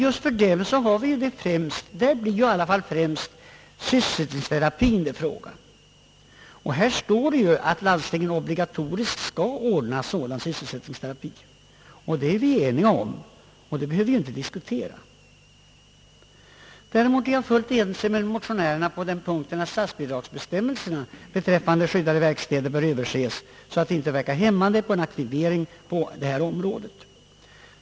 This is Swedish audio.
Där blir det främst fråga om sysselsättningsterapi; vi är ju ense om att landstingen obligatoriskt skall ordna sådan, så det behöver vi inte diskutera. Däremot är jag helt överens med motionärerna om att statsbidragsbestämmelserna beträffande skyddade verkstäder bör överses, så att de inte verkar hämmande på en aktivering på det här området.